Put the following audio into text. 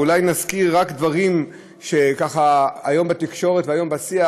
ואולי נזכיר רק דברים שהיום בתקשורת ובשיח,